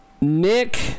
Nick